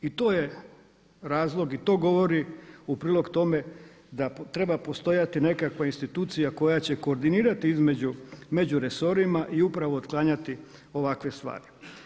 I to je razlog i to govori u prilog tome da treba postojati nekakva institucija koja će koordinirati među resorima i upravo otklanjati ovakve stvari.